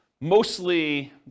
mostly